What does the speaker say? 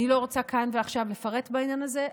אני לא רוצה כאן ועכשיו לפרט בעניין הזה,